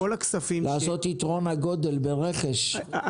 לעשות יתרון הגודל ברכש,